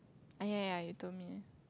ah ya ya you told me